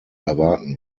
erwarten